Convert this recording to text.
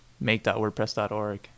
make.wordpress.org